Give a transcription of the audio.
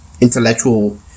intellectual